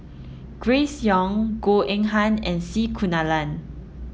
Grace Young Goh Eng Han and C Kunalan